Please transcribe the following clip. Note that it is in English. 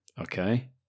Okay